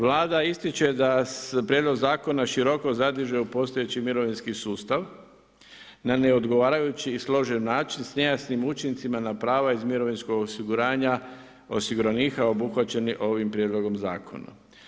Vlada ističe da prijedlog zakona široko zadire u postojeći mirovinski sustav na neodgovarajući i složen način s nejasnim učincima na prava iz mirovinskog osiguranja osiguranika obuhvaćen je ovim prijedlogom zakona.